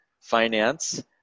finance